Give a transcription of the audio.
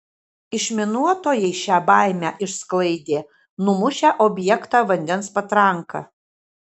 išminuotojai šią baimę išsklaidė numušę objektą vandens patranka